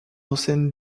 ancienne